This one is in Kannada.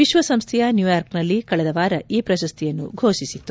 ವಿಶ್ವಸಂಸ್ಥೆಯ ನ್ಯೂಯಾರ್ಕ್ನಲ್ಲಿ ಕಳೆದ ವಾರ ಈ ಪ್ರಶಸ್ತಿಯನ್ನು ಘೋಷಿಸಿತ್ತು